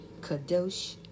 Kadosh